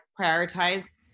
prioritize